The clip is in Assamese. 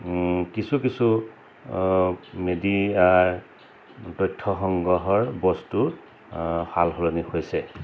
কিছু কিছু মেডিয়াৰ তথ্য সংগ্ৰহৰ বস্তুত সাল সলনি হৈছে